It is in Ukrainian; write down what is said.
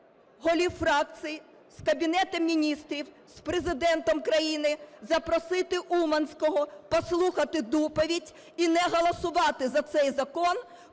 голів фракцій з Кабінетом Міністрів, з Президентом країни, запросити Уманського, послухати доповідь і не голосувати за цей закон,